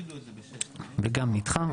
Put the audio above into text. גם נדחה.